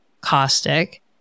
caustic